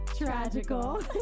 Tragical